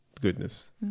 goodness